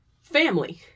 family